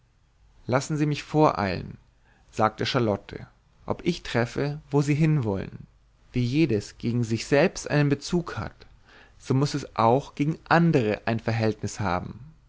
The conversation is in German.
lassen sie mich voreilen sagte charlotte ob ich treffe wo sie hinwollen wie jedes gegen sich selbst einen bezug hat so muß es auch gegen andere ein verhältnis haben